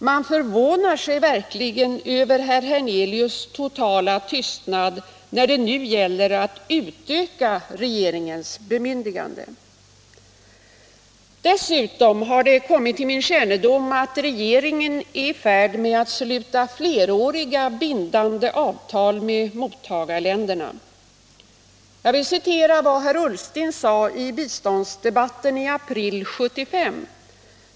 Man förvånar sig verkligen över herr Hernelius totala tystnad när det nu gäller att utöka regeringens bemyndigande. Dessutom har det kommit till min kännedom att regeringen är i färd med att sluta fleråriga bindande avtal med mottagarländerna. Jag vill citera vad herr Ullsten sade i biståndsdebatten i april 1975.